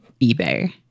eBay